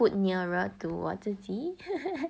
put nearer to 我自己